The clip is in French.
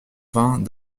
vingt